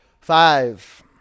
Five